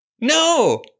No